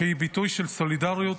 שהיא ביטוי של סולידריות,